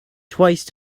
twice